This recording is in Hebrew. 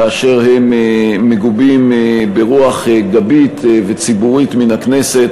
כאשר הם מגובים ברוח גבית וציבורית מן הכנסת